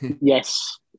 Yes